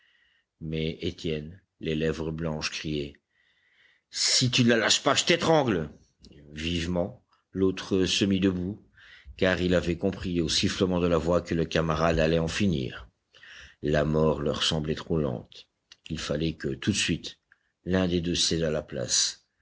mais étienne les lèvres blanches criait si tu ne la lâches pas je t'étrangle vivement l'autre se mit debout car il avait compris au sifflement de la voix que le camarade allait en finir la mort leur semblait trop lente il fallait que tout de suite l'un des deux cédât la place